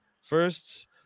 First